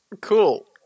Cool